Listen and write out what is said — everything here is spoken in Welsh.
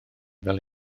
fel